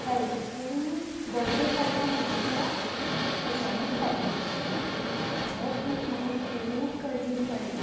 helpful गरजेक पडटा म्हणटा तो एटॉमीक हॅबिट्स हो बूक म्हाका खूब गरजेन पडला